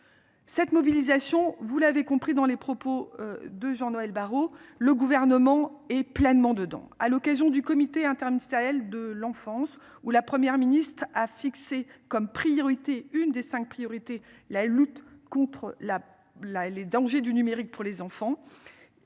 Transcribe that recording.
Cette mobilisation, vous l'avez compris dans les propos de Jean-Noël Barrot. Le gouvernement est pleinement dedans à l'occasion du comité interministériel de l'enfance ou la Première ministre a fixé comme priorité une des 5 priorités, la lutte contre la la et les dangers du numérique pour les enfants.